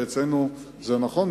ואצלנו זה נכון,